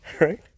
right